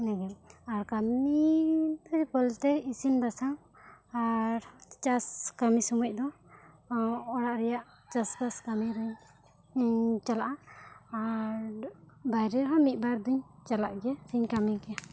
ᱤᱱᱟᱹᱜᱮ ᱟᱨ ᱠᱟᱹᱢᱤᱻ ᱛᱮ ᱯᱟᱹᱨᱰᱮ ᱤᱥᱤᱱ ᱵᱟᱥᱟᱝ ᱟᱨ ᱪᱟᱥ ᱠᱟᱹᱢᱤ ᱥᱚᱢᱚᱭ ᱫᱚ ᱚᱲᱟᱜ ᱨᱮᱭᱟᱜ ᱪᱟᱥ ᱵᱟᱥ ᱠᱟᱹᱢᱤ ᱨᱮᱧ ᱪᱟᱞᱟᱜᱼᱟ ᱟᱨ ᱵᱟᱭᱨᱮ ᱨᱮ ᱦᱚᱸ ᱢᱤᱫ ᱵᱟᱨ ᱫᱚᱹᱧ ᱪᱟᱞᱟᱜ ᱜᱮᱭᱟ ᱥᱮᱧ ᱠᱟᱹᱢᱤ ᱜᱤᱭᱟᱹᱧ